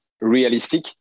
realistic